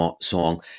song